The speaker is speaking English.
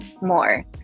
more